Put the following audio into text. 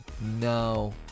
No